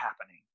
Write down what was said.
happening